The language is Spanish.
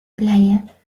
playa